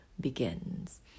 begins